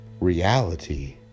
reality